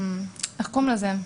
איך קוראים לזה?